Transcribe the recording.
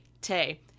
Tay